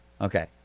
Okay